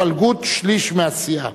התפלגות שליש מסיעה).